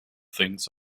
things